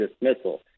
dismissal